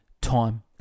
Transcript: Time